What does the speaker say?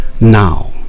now